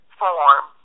form